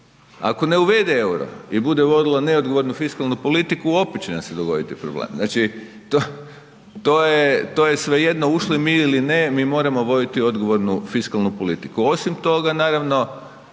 ako ne uvede euro i bude vodila neodgovornu fiskalnu politiku, opet će nam se dogoditi problem. Znači, to je svejedno ušli mi ili ne, mi moramo voditi odgovornu fiskalnu politiku. Osim toga naravno